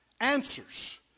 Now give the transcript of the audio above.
answers